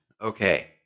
Okay